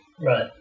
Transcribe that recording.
Right